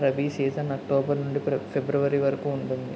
rabi season October నుండి February వరకు ఉంటుంది